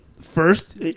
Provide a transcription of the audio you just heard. first